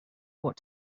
what